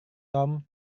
tom